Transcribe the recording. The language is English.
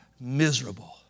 miserable